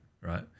right